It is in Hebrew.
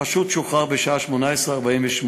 החשוד שוחרר בשעה 18:48,